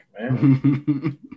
man